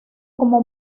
como